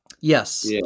Yes